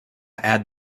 add